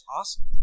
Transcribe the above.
awesome